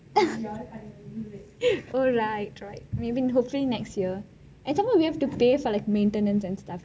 alright maybe hopefully next yar and some more we have to pay for like maintenance and stuff